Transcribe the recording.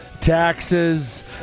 taxes